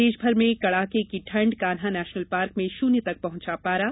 प्रदेशभर में कड़ाके की ठंड कान्हा नेशनल पार्क में शून्य तक पहुंचा पारा